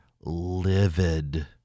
livid